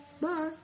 bye